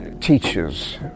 teachers